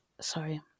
Sorry